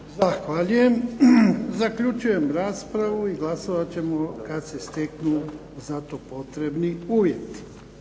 Zahvaljujem. Zaključujem raspravu i glasovati ćemo kad se steknu za to potrebni uvjeti.